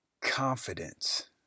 confidence